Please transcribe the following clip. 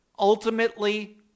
Ultimately